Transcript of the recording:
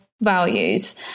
values